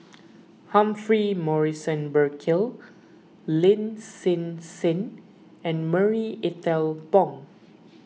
Humphrey Morrison Burkill Lin Hsin Hsin and Marie Ethel Bong